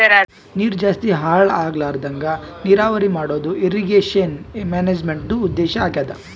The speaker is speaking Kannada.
ನೀರ್ ಜಾಸ್ತಿ ಹಾಳ್ ಆಗ್ಲರದಂಗ್ ನೀರಾವರಿ ಮಾಡದು ಇರ್ರೀಗೇಷನ್ ಮ್ಯಾನೇಜ್ಮೆಂಟ್ದು ಉದ್ದೇಶ್ ಆಗ್ಯಾದ